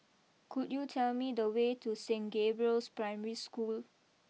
could you tell me the way to Saint Gabriel's Primary School